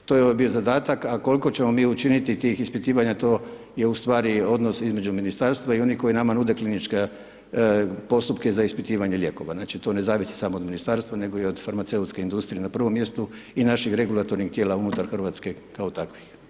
To je bio zadatak a koliko ćemo mi učiniti tih ispitivanja, to je ustvari odnos između ministarstva i onih koji nama nude kliničke postupke za ispitivanje lijekova, znači to ne zavisi samo od ministarstva nego i do farmaceutske industrije na prvom mjestu i naših regulatornih tijela unutar Hrvatske kao takvih.